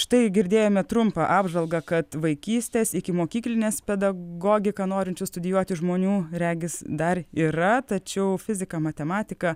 štai girdėjome trumpą apžvalgą kad vaikystės ikimokyklinės pedagogiką norinčių studijuoti žmonių regis dar yra tačiau fizika matematika